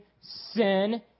sin